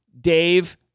Dave